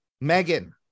Megan